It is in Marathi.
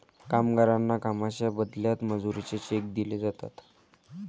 कामगारांना कामाच्या बदल्यात मजुरीचे चेक दिले जातात